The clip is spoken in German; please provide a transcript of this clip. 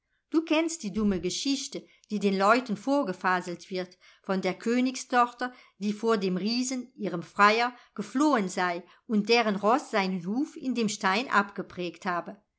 du kennst die dumme geschichte die den leuten vorgefaselt wird von der königstochter die vor dem riesen ihrem freier geflohen sei und deren roß seinen huf in dem stein abgeprägt habe